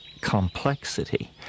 complexity